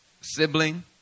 sibling